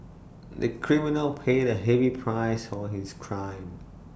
the criminal paid A heavy price for his crime